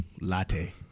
latte